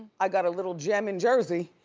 i got a little gem in jersey.